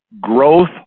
Growth